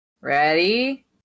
Ready